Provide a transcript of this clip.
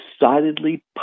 decidedly